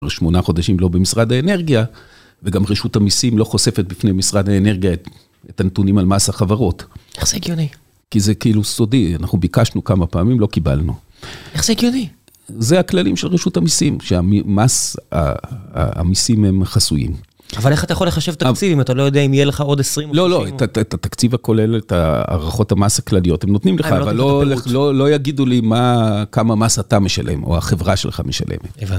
שמונה חודשים לא במשרד האנרגיה, וגם רשות המיסים לא חושפת בפני משרד האנרגיה את את הנתונים על מס החברות. איך זה הגיוני? כי זה כאילו סודי, אנחנו ביקשנו כמה פעמים, לא קיבלנו. איך זה הגיוני? זה הכללים של רשות המיסים, שהמס... המיסים הם חסויים. אבל איך אתה יכול לחשב תקציב אם אתה לא יודע אם יהיה לך עוד 20-30... לא, לא, את התקציב הכולל, את הערכות המס הכלליות, הם נותנים לך, אבל לא... לא יגידו לי מה... כמה מס אתה משלם, או החברה שלך משלמת. הבנתי.